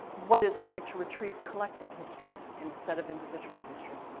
what it's like to retrieve collective history instead of individual history.